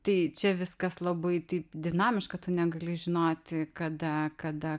tai čia viskas labai taip dinamiška tu negali žinoti kada kada